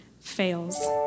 fails